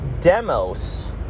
demos